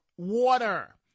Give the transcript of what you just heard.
Water